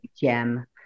gem